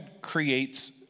creates